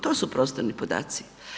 To su prostorni podaci.